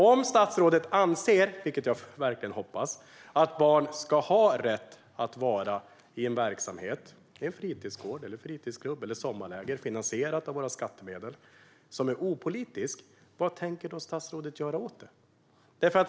Om statsrådet anser, vilket jag verkligen hoppas, att barn ska ha rätt att vara i en verksamhet - en fritidsgård, en fritidsklubb eller ett sommarläger finansierad av våra skattemedel - som är opolitisk, vad tänker då statsrådet göra åt det?